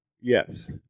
Yes